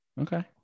Okay